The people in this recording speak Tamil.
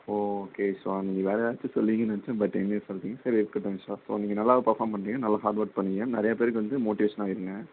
ஓ ஓகே ஸோ அந்த வேறு யாராச்சும் சொல்லுவிங்கன்னு நினச்சேன் பட் என்னை சொல்லிட்டிங்க சரி இருக்கட்டும் சார் ஸோ நீங்கள் நல்லா பெர்ஃபார்ம் பண்ணுறீங்க நல்லா ஹார்டுஒர்க் பண்ணுறீங்க நிறையா பேருக்கு வந்து மோட்டிவேஷனாக இருங்க